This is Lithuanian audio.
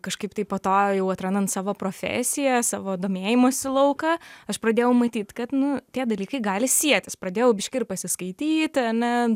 kažkaip tai po to jau atrandant savo profesiją savo domėjimosi lauką aš pradėjau matyt kad nu tie dalykai gali sietis pradėjau biškį ir pasiskaityti ane